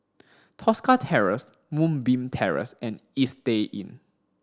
Tosca Terrace Moonbeam Terrace and Istay Inn